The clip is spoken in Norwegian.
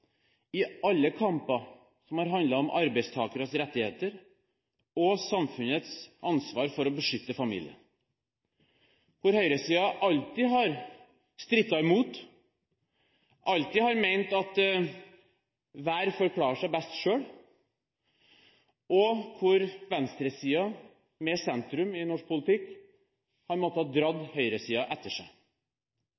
i alle kamper som har handlet om arbeidstakeres rettigheter og samfunnets ansvar for å beskytte familien, hvor høyresiden alltid har strittet imot, alltid har ment at enhver får klare seg best selv, og hvor venstresiden – med sentrum i norsk politikk – har måttet